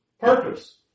purpose